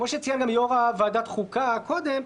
כמו שציין יו"ר ועדת חוקה קודם,